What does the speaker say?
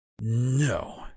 no